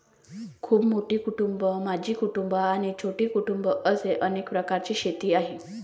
खूप मोठी कुटुंबं, मोठी कुटुंबं आणि छोटी कुटुंबं असे अनेक प्रकारची शेती आहे